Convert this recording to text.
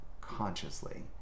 consciously